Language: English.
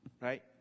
Right